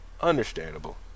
Understandable